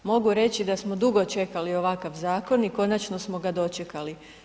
Mogu reći da smo dugo čekali ovakav zakon i konačno smo ga dočekali.